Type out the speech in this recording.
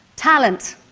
talent,